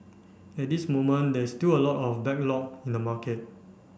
at this moment there is still a lot of backlog in the market